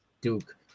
Duke